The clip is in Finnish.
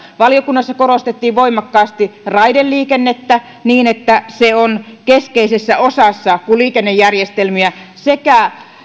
valiokunnassa korostettiin voimakkaasti raideliikennettä niin että se on keskeisessä osassa kun liikennejärjestelmiä sekä